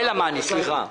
היועצת המשפטית.